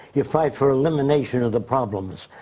you fight for elimination of the problems.